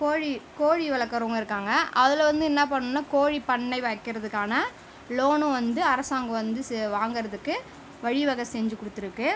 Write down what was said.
கோழி கோழி வளர்க்கறவங்க இருக்காங்க அதில் வந்து என்ன பண்ணுன்னா கோழி பண்ணை வைக்கிறதுக்கான லோனும் வந்து அரசாங்கம் வந்து சே வாங்கறதுக்கு வழிவகை செஞ்சு கொடுத்துருக்கு